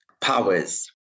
powers